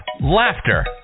laughter